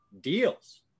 deals